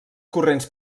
corrents